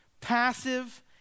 passive